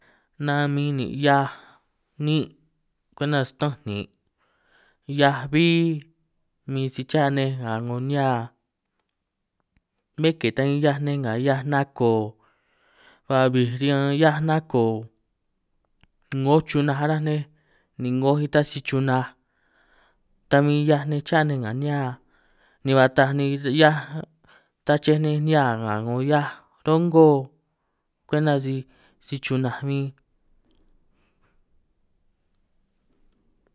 Nan min nin' hiaj nin' kwenta stanj nin', hiaj bbí min si cha nej nga 'ngo nihia bé ke ta 'hiaj nej nga hiaj nako, ba bij riñan hiaj nako 'ngo chunaj ataj nej ni 'ngoj nitaj si chunaj, ta bin 'hiaj nej cha nej nga nihia ni ba taaj ni si 'hiaj tachej nej, nihia nga 'ngo hiaj romgo kwenta si si chunaj bin.